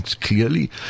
clearly